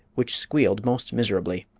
which squealed most miserably.